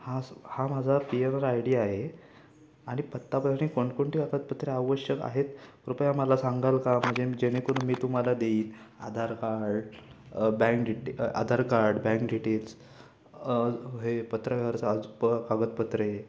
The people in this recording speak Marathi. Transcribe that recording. हा स हा माझा P N R I D आहे आणि पत्ता कोणकोणती कागदपत्रे आवश्यक आहेत कृपया मला सांगाल का म्हणजे जेणेकरून मी तुम्हाला देईन Aadhaar card bank detail Aadhaar card bank details हे पत्र व्यवहारचा आज प कागदपत्रे